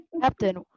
Captain